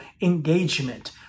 engagement